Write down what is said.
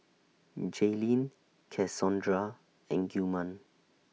Jayleen Cassondra and Gilman